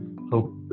hope